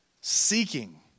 seeking